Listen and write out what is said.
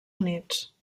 units